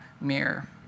mirror